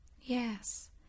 Yes